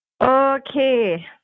Okay